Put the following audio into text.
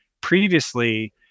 previously